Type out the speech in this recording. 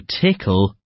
Tickle